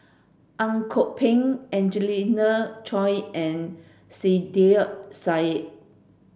Ang Kok Peng Angelina Choy and Saiedah Said